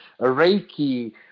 reiki